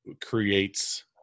creates